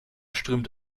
strömt